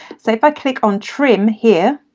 so if i click on trim here